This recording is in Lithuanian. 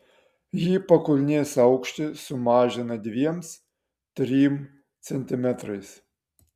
ji pakulnės aukštį sumažina dviem trim centimetrais